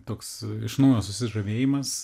toks iš naujo susižavėjimas